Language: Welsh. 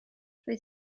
roedd